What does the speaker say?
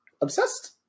obsessed